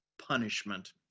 punishment